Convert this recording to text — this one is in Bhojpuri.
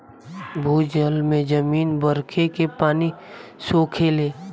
भूजल में जमीन बरखे के पानी सोखेले